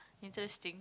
interesting